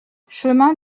chemin